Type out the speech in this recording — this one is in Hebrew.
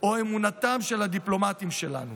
או אמונתם של הדיפלומטים שלנו.